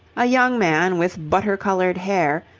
a young man with butter-coloured hair,